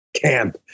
camp